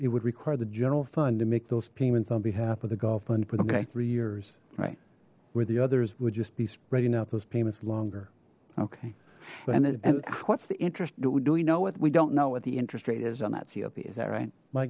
it would require the general fund to make those payments on behalf of the gulf fund put in three years right where the others would just be spreading out those payments longer okay what's the interest do we know what we don't know what the interest rate is on that cop is that right